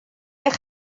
eich